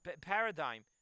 paradigm